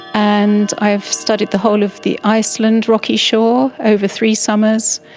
and i've studied the whole of the iceland rocky shore over three summers.